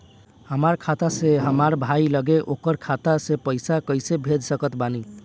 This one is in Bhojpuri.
हमार खाता से हमार भाई लगे ओकर खाता मे पईसा कईसे भेज सकत बानी?